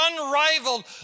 unrivaled